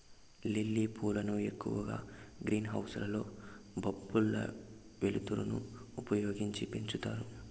lily పూలను ఎక్కువగా green house లలో బల్బుల వెలుతురును ఉపయోగించి పెంచుతారు